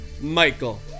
Michael